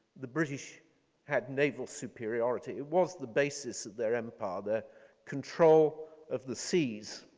the british had naval superiority. it was the basis of their empire, their control of the seas.